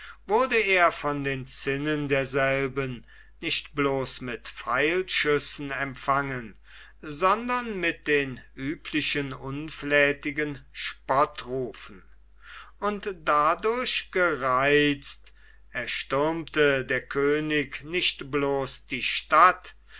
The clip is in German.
wurde er von den zinnen derselben nicht bloß mit pfeilschüssen empfangen sondern mit den üblichen unflätigen spottrufen und dadurch gereizt erstürmte der könig nicht bloß die stadt